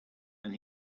and